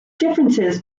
differences